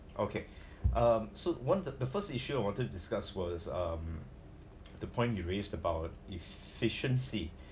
okay um so one of the first issue I wanted discuss was um the point you raised about efficiency